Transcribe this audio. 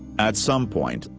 at some point,